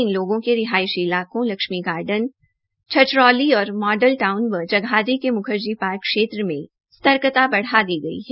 इन लोगों के रिहायशी इलाकों लक्ष्मी गार्डन छछरौली और मॉडल व जगाधरी के मुखर्जी पार्क क्षेत्र मे चौकसी बढ़ा दी गई है